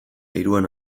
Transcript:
hiruan